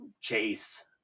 chase